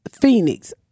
Phoenix